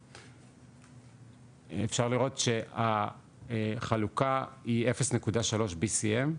אפשר לראות שהחלוקה היא 0.3 BCM,